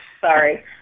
sorry